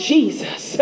Jesus